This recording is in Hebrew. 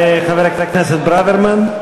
חבר הכנסת ברוורמן?